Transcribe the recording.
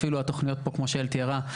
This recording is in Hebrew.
אפילו התוכניות פה כמו שיעל תיארה,